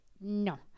no